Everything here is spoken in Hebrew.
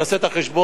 תעשה את החשבון,